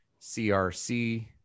CRC